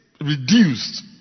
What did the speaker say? reduced